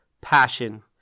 passion